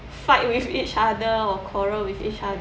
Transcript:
fight with each other or quarrel with each other